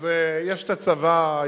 אז יש הצבא,